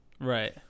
Right